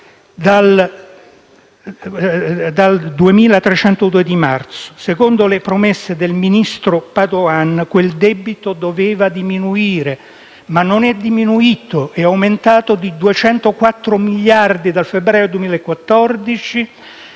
dai 2.302 di marzo. Secondo le promesse del ministro Padoan, quel debito sarebbe dovuto diminuire, ma non l'ha fatto: è aumentato di 204 miliardi dal febbraio 2014